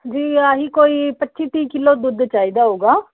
ਜੀ ਆਹੀ ਕੋਈ ਪੱਚੀ ਤੀਹ ਕਿਲੋ ਦੁੱਧ ਚਾਈਦਾ ਹੋਊਗਾ